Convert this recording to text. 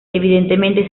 evidentemente